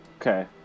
Okay